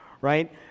Right